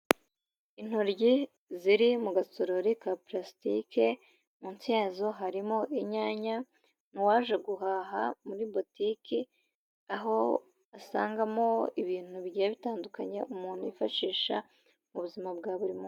Intoryi ziri mu gasorori ka purasitike munsi yazo harimo inyanya, uwaje guhaha muri botike aho asangamo ibintu bigiye bitandukanye umuntu yifashisha mu buzima bwa buri mu...